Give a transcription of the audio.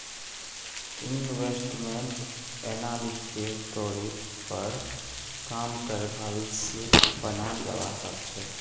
investment एनालिस्टेर तौरेर पर काम करे भविष्य बनाल जावा सके छे